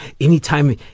Anytime